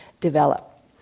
develop